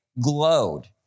glowed